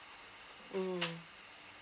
mm